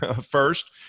first